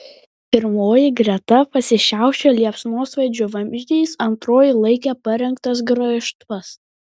pirmoji greta pasišiaušė liepsnosvaidžių vamzdžiais antroji laikė parengtas graižtvas